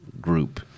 group